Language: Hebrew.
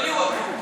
אני או אתה?